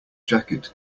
jacket